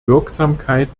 wirksamkeit